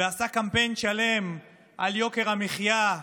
ועשה קמפיין שלם על יוקר המחיה,